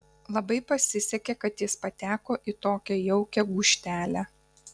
labai pasisekė kad jis pateko į tokią jaukią gūžtelę